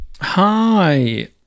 hi